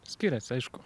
skiriasi aišku